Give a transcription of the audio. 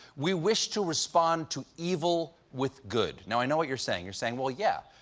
we wish to respond to evil with good. now, i know what you're saying. you're saying, well, yeah,